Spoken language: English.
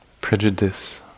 prejudice